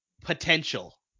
Potential